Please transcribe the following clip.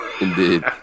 Indeed